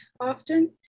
often